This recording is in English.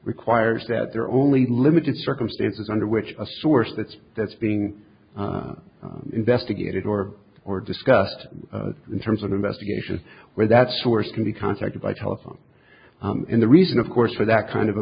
requires that there are only limited circumstances under which a source that's that's being investigated or or discussed in terms of investigation where that source can be contacted by telephone in the reason of course for that kind of a